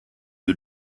you